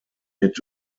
mit